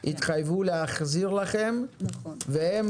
התחייבו להחזיר לכם והם